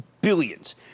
Billions